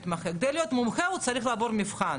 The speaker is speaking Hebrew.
אני מסכים שרב במתכונת הישנה היה יכול לתת מחוץ לתחום.